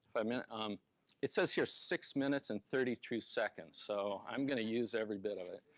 i mean um it says here, six minutes and thirty two seconds, so i'm gonna use every bit of it.